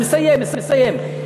אני מסיים, מסיים.